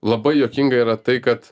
labai juokinga yra tai kad